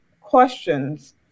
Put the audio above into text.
questions